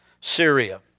Syria